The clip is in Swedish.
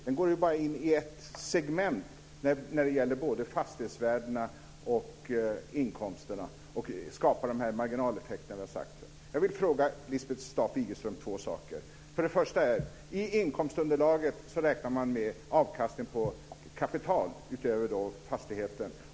Den går bara in i ett segment när det gäller både fastighetsvärdena och inkomsterna, och den skapar de marginaleffekter som har nämnts här. För det första: Man räknar i inkomstunderlaget med 15 % avkastning på kapital utöver fastigheten.